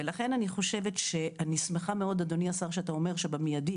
ולכן אני חושבת שאני שמחה מאוד אדוני השר שאתה אומר שבמיידי